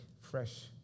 fresh